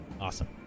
Awesome